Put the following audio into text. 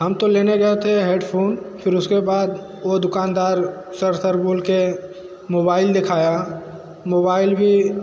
हम तो लेने गए थे हेडफ़ोन फिर उसके बाद वो दुकानदार सर सर बोल के मोबाइल दिखाया मोबाइल भी